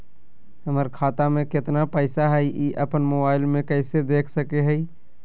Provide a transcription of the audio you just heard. हमर खाता में केतना पैसा हई, ई अपन मोबाईल में कैसे देख सके हियई?